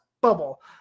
bubble